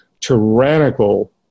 tyrannical